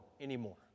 anymore